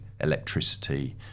electricity